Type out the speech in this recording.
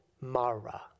Mara